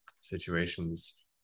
situations